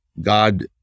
God